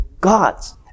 God's